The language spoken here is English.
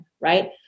right